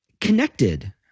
Connected